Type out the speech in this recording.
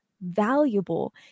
valuable